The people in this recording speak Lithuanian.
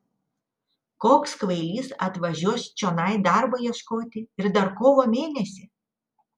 koks kvailys atvažiuos čionai darbo ieškoti ir dar kovo mėnesį